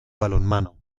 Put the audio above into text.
balonmano